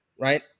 right